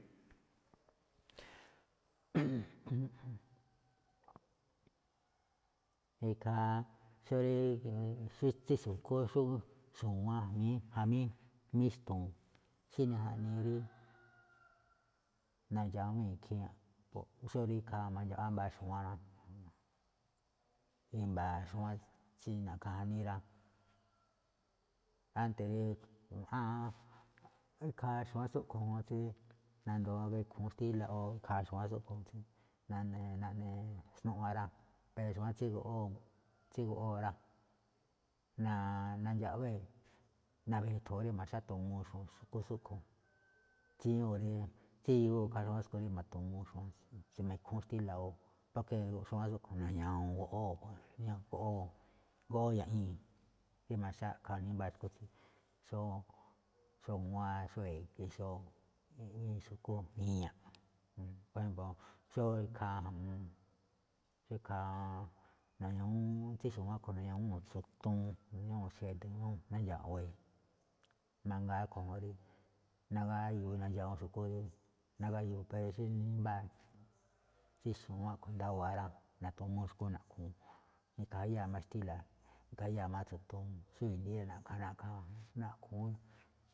ikhaa xó rí tsí xu̱kú xó xu̱wánꞌ jamí míxtu̱u̱n tsí naꞌne rí nadxawíi̱n ikhii̱n mbo̱ꞌ xó rí ikhaa mandxaꞌwá mbáa xu̱wán ná i̱mba̱a̱ xu̱wán tsí na̱ꞌkha̱ janíí rá, ánte̱ rí. Ikhaa xu̱wán tsúꞌkhue̱n juun tsí nandoo gíkhu̱ún xtíla̱ o ikhaa xu̱wán tsúꞌkhue̱n naꞌne naꞌne snuꞌwan rá, pero xu̱wán tsí goꞌwóo, tsí goꞌwóo rá, na- nandxaꞌwée̱ na̱we̱je̱thu̱u̱n rí ma̱xátu̱muu xu̱kú tsúꞌkhue̱n, tsíñúu̱n rí, tsíyuu ikhaa xu̱wán tsúꞌkhue̱n rí ma̱tu̱muu xu̱wán, rí mi̱khu̱ún xtíla̱ o porke xu̱wán tsúꞌkhue̱n na̱ña̱wo̱o̱n goꞌwóo̱ goꞌwóo ña̱ꞌñii̱, rí ma̱xáꞌkha̱ nimbáa xu̱kú tsí xó, xu̱wán, xó e̱ge̱, xó iꞌwíin xu̱kú i̱ña̱ꞌ, por ejémplo̱ xó ikhaa ju̱ꞌuun, xó ikhaa na̱ña̱wúún tsí xu̱wán a̱ꞌkhue̱n na̱ña̱wúu̱n tso̱toon, na̱ña̱wúu̱n xede̱, na̱ña̱wúu̱n nu̱ndxa̱ꞌwee̱, mangaa rúꞌkhue̱n juun rí nagáyuu nadxawuun xu̱kú rí nagáyuu, pero xí mbáa tsí xu̱wán ndawa̱a̱ rá na̱tu̱muu xu̱kú naꞌkhúu̱n. Ni̱ka̱ jayáa̱ mbáa xtíla, ni̱ka̱ jayáa̱ máꞌ tso̱toon, xó i̱ndi̱í na̱ꞌkha̱ naꞌkhu̱ún.